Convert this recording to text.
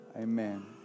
Amen